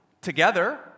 together